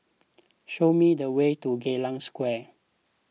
show me the way to Geylang Square